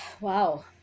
Wow